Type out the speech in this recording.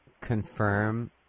confirm